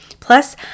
Plus